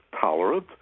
tolerant